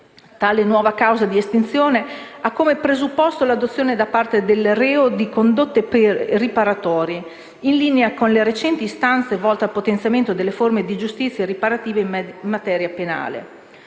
tale nuova causa di estinzione ha come presupposto l'adozione da parte del reo di condotte riparatorie, in linea con le recenti istanze volte al potenziamento delle forme di giustizia riparativa in materia penale.